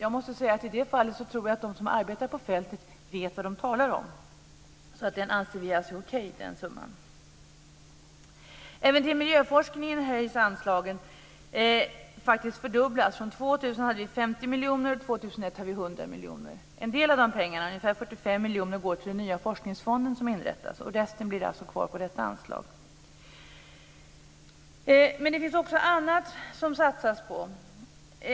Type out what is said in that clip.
Jag måste säga att jag i det fallet tror att de som arbetar på fältet vet vad de talar om. Även till miljöforskningen höjs anslaget, faktiskt fördubblas, från 50 miljoner år 2000 till 100 miljoner 2001. Resten bli kvar på detta anslag. Det finns också annat som det satsas på.